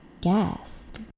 guest